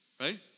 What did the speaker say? Right